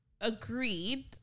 agreed